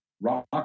Rock